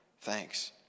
thanks